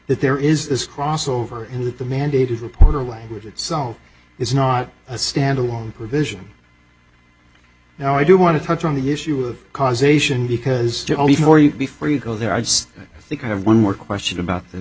that there is this crossover in that the mandated reporter language itself is not a standalone provision now i do want to touch on the issue of causation because before you before you go there i just think i have one more question about the